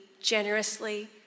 generously